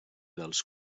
dels